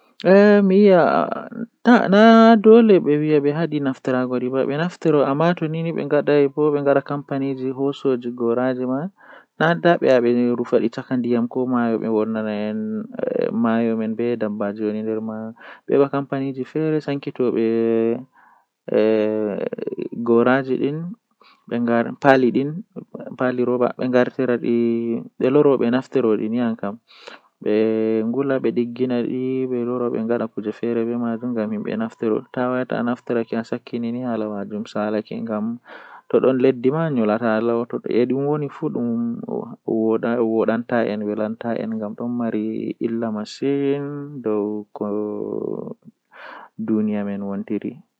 Taalel taalel jannata booyel, Woodi wakkati feere haa kawye feere, Jamanu man woodi ledde don wolwina himbe amma seito alorni hakkilo ma masin ananata ko leggal man wiyata, Woodi bingel feere o wala ceede wuro man pat yida haala maako nyende odon joodi haa kombi leggal man, Ohediti sei onani leggal man don yecca mo haa oyahata oheba cede nde o yahi babal manbo o hebi ceede o warti wuro man koomoi yidi haala mako o mari sobiraabe koomoi don tokka mo.